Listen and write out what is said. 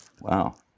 Wow